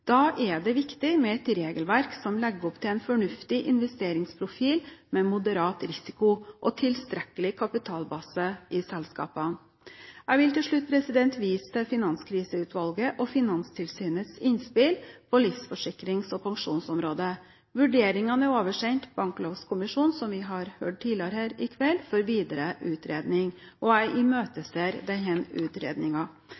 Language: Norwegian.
Da er det viktig med et regelverk som legger opp til en fornuftig investeringsprofil med moderat risiko og tilstrekkelig kapitalbase i selskapene. Jeg vil til slutt vise til Finanskriseutvalget og Finanstilsynets innspill på livsforsikrings- og pensjonsområdet. Vurderingene er oversendt Banklovkommisjonen, som vi har hørt tidligere her i kveld, for videre utredning. Jeg imøteser denne utredningen. Jeg synes for øvrig finansministeren ga en utførlig og